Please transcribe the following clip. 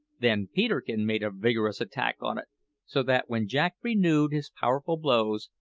then peterkin made a vigorous attack on it so that when jack renewed his powerful blows,